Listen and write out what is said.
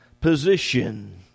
position